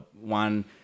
one